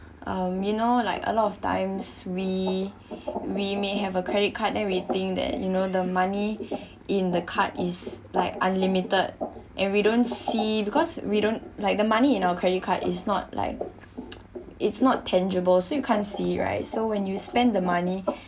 um you know like a lot of times we we may have a credit card everything that you know the money in the card is like unlimited and we don't see because we don't like the money in our credit card is not like it's not tangible so you can't see right so when you spend the money